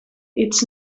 its